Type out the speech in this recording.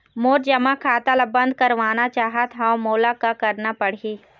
मोर जमा खाता ला बंद करवाना चाहत हव मोला का करना पड़ही?